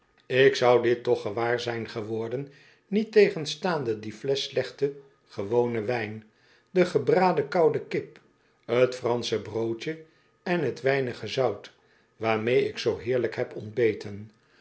ik zou dit toch gewaar zijn geworden niettegenstaande die flesch slechten gewonen wijn de gebraden koude kip t fransche broodje en t weinige zout waarmee ik zoo heerlijk heb ontbeten